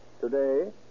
Today